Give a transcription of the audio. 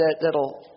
that'll